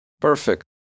Perfect